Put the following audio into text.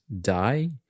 die